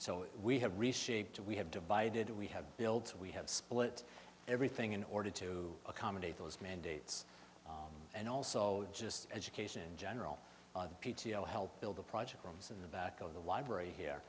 so we have received a we have divided we have built we have split everything in order to accommodate those mandates and also just education in general helped build the project rooms in the back of the library here